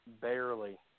barely